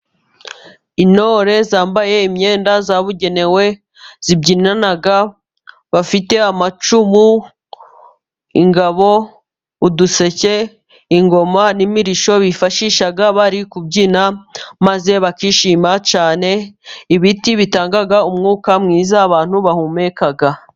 Intore zambaye imyenda yabugenewe, zibyinana bafite amacumu ,ingabo, uduseke ,ingoma n'imirishyo bifashisha bari kubyina ,maze bakishima cyane .Ibiti bitanga umwuka mwiza abantu bahumeka.